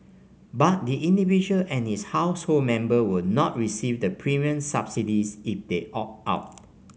but the individual and his household member will not receive the premium subsidies if they opt out